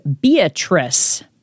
Beatrice